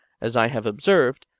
as i have observed,